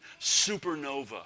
supernova